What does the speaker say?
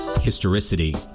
Historicity